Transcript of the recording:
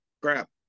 crap